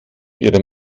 ihrem